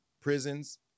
prisons